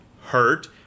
hurt